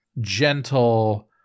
gentle